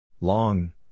Long